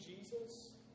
Jesus